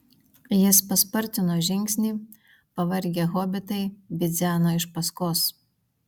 jis paspartino žingsnį pavargę hobitai bidzeno iš paskos